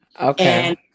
Okay